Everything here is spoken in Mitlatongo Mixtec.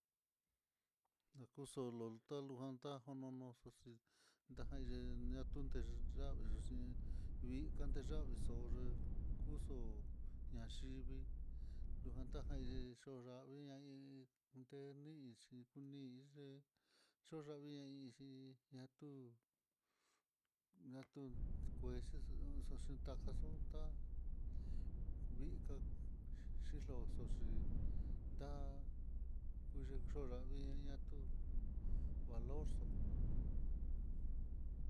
Nakuxul lu'u talu tajan nono xhoxil, nda ndatuten yavii xhí ngui anteya'a vixo'o, ye kuxo'o ñayivii lujan tajaye xoyavii i iin, nenixhi kunii ye'e yoyavii i iin xhí, ñatu ñatu kuexhi xa xaxhitá takaxunta nguika x xhochi nda, kuyee yundayi, ñatu valorxo.